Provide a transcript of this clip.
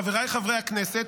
חבריי חברי הכנסת,